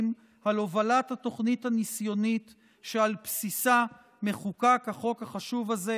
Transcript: על הובלת התוכנית הניסיונית שעל בסיסה מחוקק החוק החשוב הזה,